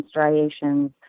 striations